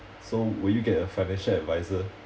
so will you get a financial adviser